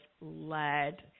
led